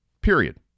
period